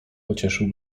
pocieszył